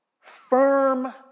firm